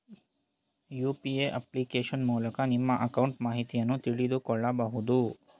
UPA application ಮೂಲಕ ನಿಮ್ಮ account ಮಾಹಿತಿಯನ್ನು ತಿಳಿದುಕೊಳ್ಳಬಹುದು